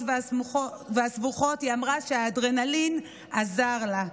והסבוכות היא אמרה שהאדרנלין עזר לה.